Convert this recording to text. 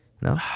No